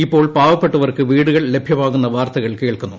ഇപ്പോൾ പാവപ്പെട്ടവർക്ക് വീടുകൾ ലഭ്യമാകുന്ന വാർത്തകൾ കേൾക്കുന്നു